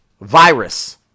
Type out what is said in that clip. virus